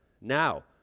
now